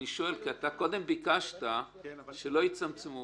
אני שואל כי קודם ביקשת שלא יצמצמו.